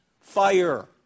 fire